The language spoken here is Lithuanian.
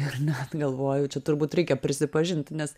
ir net galvoju čia turbūt reikia prisipažint nes